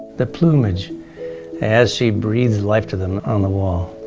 the plumage as she breathes life to them on the wall.